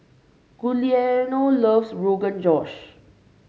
Guillermo loves Rogan Josh